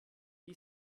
die